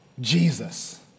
Jesus